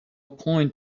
point